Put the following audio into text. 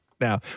Now